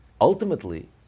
ultimately